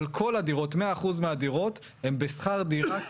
אבל כל הדירות 100% מהדירות הן בשכר דירה קבוע.